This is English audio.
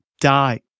die